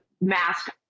mask